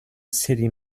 city